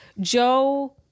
Joe